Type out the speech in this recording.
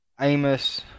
Amos